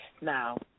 Now